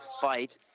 fight